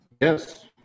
Yes